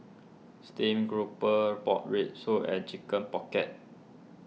Steamed Grouper Pork Rib Soup and Chicken Pocket